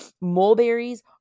Mulberries